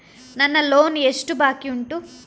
ನನ್ನ ಲೋನ್ ಎಷ್ಟು ಬಾಕಿ ಉಂಟು?